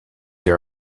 here